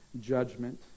judgment